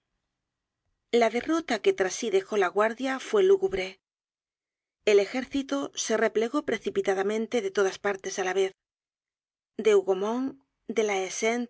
la derrota que tras sí dejó la guardia fue lúgubre el ejército se replegó precipitadamente de todas partes á la vez de hougomont de la